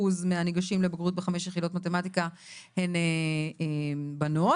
מהניגשים לחמש יחידות לימוד במתמטיקה הן בנות,